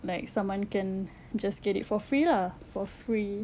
like someone can just get it for free lah for free